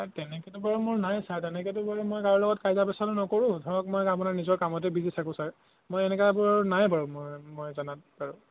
তেনেকৈতো বাৰু মোৰ নাই ছাৰ তেনেকৈতো বাৰু মই কাৰো লগত কাজিয়া পেচালো নকৰোঁ ধৰক মই আপোনাৰ নিজৰ কামতে বিজি থাকোঁ ছাৰ মই এনেকুৱাবোৰ নাই বাৰু মই মই জনাত বাৰু